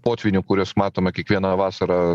potvynių kuriuos matome kiekvieną vasarą